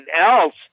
else